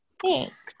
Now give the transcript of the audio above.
Thanks